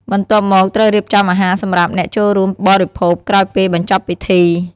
បន្ទាប់មកត្រូវរៀបចំអាហារសម្រាប់អ្នកចូលរួមបរិភោគក្រោយពេលបញ្ចប់ពិធី។